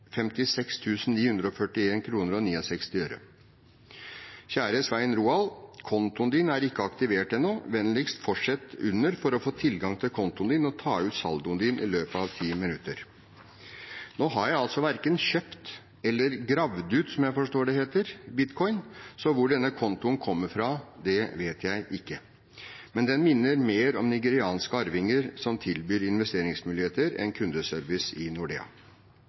kontoen din er ikke aktivert ennå. Vennligst fortsett under for å få tilgang til kontoen din og ta ut saldoen din i løpet av 10 minutter.» Jeg har verken kjøpt eller «gravd ut», som jeg forstår det heter, bitcoin, så hvor denne kontoen kommer fra, vet jeg ikke. Men den minner mer om nigerianske arvinger som tilbyr investeringsmuligheter, enn kundeservice i Nordea.